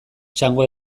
txango